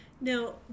now